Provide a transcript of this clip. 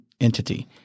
entity